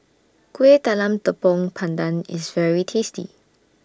Kuih Talam Tepong Pandan IS very tasty